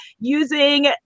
using